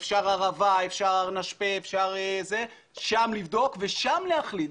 אפשר ערבה, אפשר הר נשפה, שם לבדוק, ושם להחליט.